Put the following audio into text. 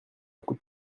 coup